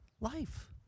Life